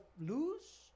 lose